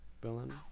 villain